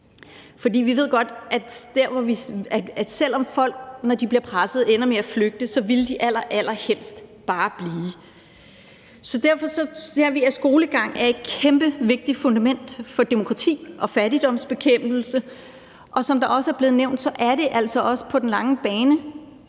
For vi ved godt, at selv om folk, når de bliver presset, ender med at flygte, så ville de allerallerhelst bare blive. Så derfor ser vi, at skolegang er et kæmpe vigtigt fundament for demokrati og fattigdomsbekæmpelse, og som der også er blevet nævnt, er det altså også på den lange bane,